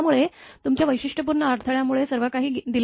त्यामुळे तुमच्या वैशिष्ट्यपूर्ण अडथळ्यामुळे सर्व काही दिले गेले